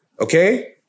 Okay